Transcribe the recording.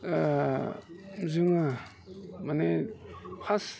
जोङो माने फार्स्ट